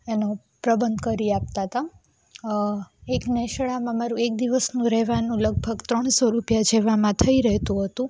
એનું પ્રબંધ કરી આપતા હતા એક નેસડાંમાં મારું એક દિવસનું રહેવાનું લગભગ ત્રણસો રૂપિયા જેવામાં થઈ રહેતું હતું